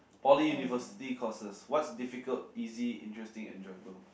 poly university courses what's difficult easy interesting enjoyable